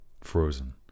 Frozen